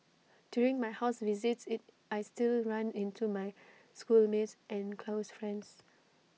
during my house visits IT I still run into many schoolmates and close friends